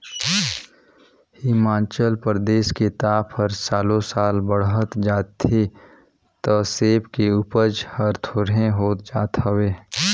हिमाचल परदेस के ताप हर सालो साल बड़हत जात हे त सेब के उपज हर थोंरेह होत जात हवे